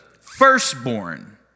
firstborn